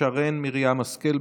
שרן מרים השכל.